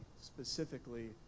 specifically